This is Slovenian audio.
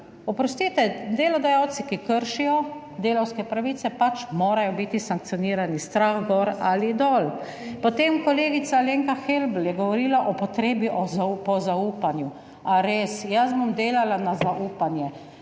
Oprostite, delodajalci, ki kršijo delavske pravice pač morajo biti sankcionirani, strah gor ali dol. Potem, kolegica Alenka Helbl je govorila o potrebi po zaupanju. A res? Jaz bom delala na zaupanje.